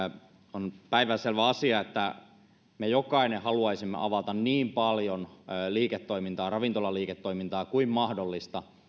on päivänselvä asia että meistä jokainen haluaisi avata niin paljon ravintolaliiketoimintaa kuin mahdollista